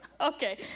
Okay